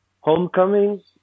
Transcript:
Homecoming